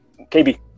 KB